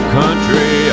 country